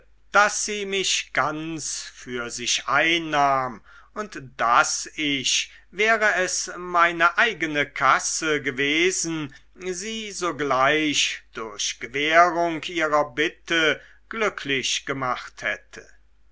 daß sie mich ganz für sich einnahm und daß ich wäre es meine eigene kasse gewesen sie sogleich durch gewährung ihrer bitte glücklich gemacht hätte